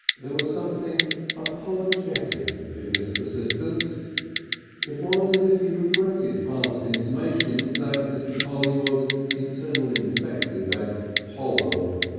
there was something apologetic in this persistence it was as if he regretted past intimations that mr. polly was internally defective and hollow.